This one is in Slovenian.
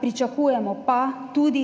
pričakujemo pa tudi